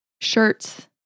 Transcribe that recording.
shirts